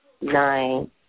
nine